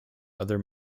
other